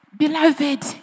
beloved